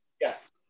Yes